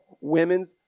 women's